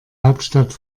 hauptstadt